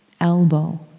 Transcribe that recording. Elbow